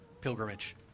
pilgrimage